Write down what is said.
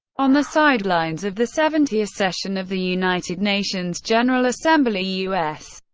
on the sidelines of the seventieth session of the united nations general assembly, u s.